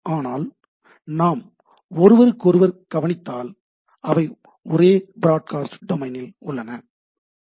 ஆனால் நாம் ஒருவருக்கொருவர் கவனித்தால் அவை ஒரே பிராட்காஸ்ட் டொமைன் ல் உள்ளன சரி